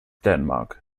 denmark